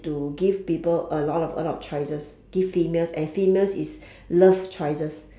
to give people a lot of a lot of choices give females and females is love choices